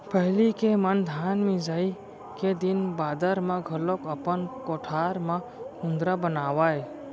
पहिली के मन धान मिसाई के दिन बादर म घलौक अपन कोठार म कुंदरा बनावयँ